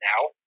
now